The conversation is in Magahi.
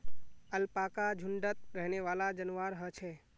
अलपाका झुण्डत रहनेवाला जंवार ह छे